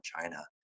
China